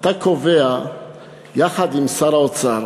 אתה קובע יחד עם שר האוצר